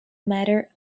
matter